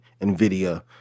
NVIDIA